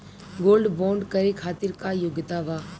Gold bond करे खातिर का योग्यता बा?